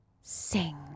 sing